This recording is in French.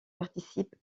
participe